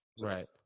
Right